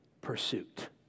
pursuit